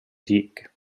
dick